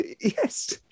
Yes